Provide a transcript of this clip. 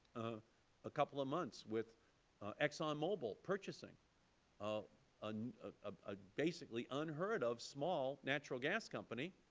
ah ah couple of months with exxonmobil purchasing a and ah basically unheard of small natural gas company,